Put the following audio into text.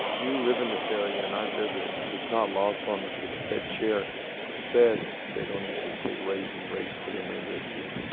you live in this area and i visited, but it's not lost on us that the fed chair said they don't anticipate raising rates for the remainder of the year